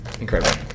incredible